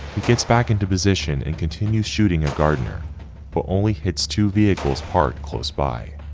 gets back into position and continues shooting at gardener but only hits two vehicles parked close by.